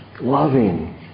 loving